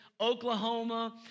Oklahoma